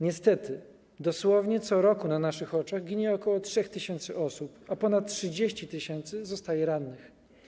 Niestety co roku, dosłownie na naszych oczach, ginie ok. 3 tys. osób, a ponad 30 tys. zostaje rannych.